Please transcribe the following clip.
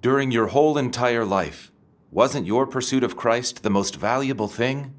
during your whole entire life wasn't your pursuit of christ the most valuable thing